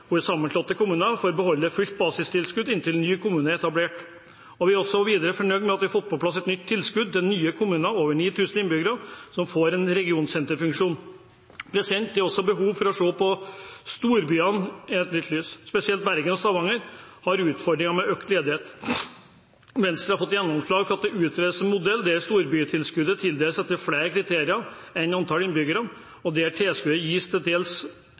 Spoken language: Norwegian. sammenslåtte kommuner får beholde fullt basistilskudd inntil ny kommune er etablert. Vi er videre fornøyd med at vi har fått på plass et nytt tilskudd til nye kommuner over 9 000 innbyggere som får en regionsenterfunksjon. Det er også behov for å se storbyene i et nytt lys. Spesielt Bergen og Stavanger har utfordringer med økt ledighet. Venstre har fått gjennomslag for at det utredes en modell der storbytilskuddet tildeles etter flere kriterier enn antall innbyggere, og der tilskuddet gis dels